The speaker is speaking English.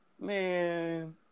Man